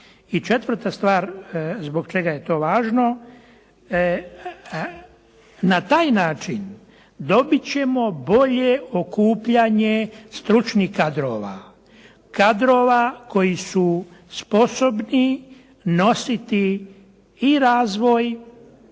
I četvrta stvar zbog čega je to važno. Na taj način dobit ćemo bolje okupljanje stručnih kadrova. Kadrova koji su sposobni nositi i razvoj